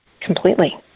completely